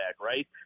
right